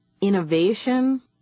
innovation